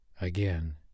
again